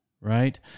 Right